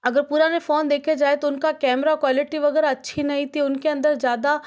अगर पुराने फ़ोन देखे जाए तो उनका कैमरा क्वालिटी वगैरह अच्छी नहीं थी उनके अंदर ज़्यादा